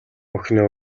охиноо